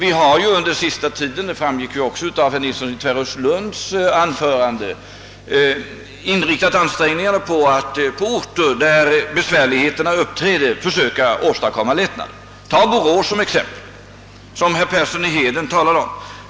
Under den senaste tiden har vi, vilket ju också framgick av herr Nilssons i Tvärålund anförande, inriktat ansträngningarna på att söka åstadkomma lättnader på orter med besvärligheter. Tag exempelvis Borås, som herr Persson i Heden talade om!